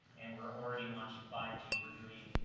and we're already launching five g. we're doing,